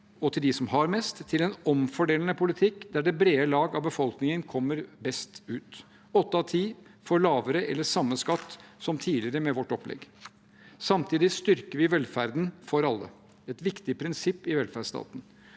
mest og har mest, til en omfordelende politikk der det brede lag av befolkningen kommer best ut. Åtte av ti får lavere eller samme skatt som tidligere med vårt opplegg. Samtidig styrker vi velferden for alle – et viktig prinsipp i velferdsstaten.